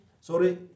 sorry